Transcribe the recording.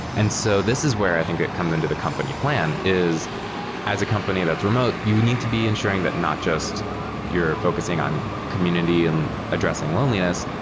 and so this is where i think it comes under the company plan, is as a company that's remote, you need to be ensuring that not just you're focusing on community and addressing loneliness,